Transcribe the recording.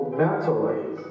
mentally